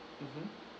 mmhmm